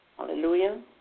Hallelujah